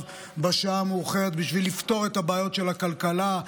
בשעה המאוחרת בשביל לפתור את הבעיות של הכלכלה,